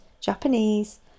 Japanese